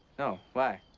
no. why?